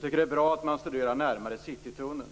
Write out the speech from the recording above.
Det är bra att man närmare studerar citytunneln.